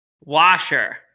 washer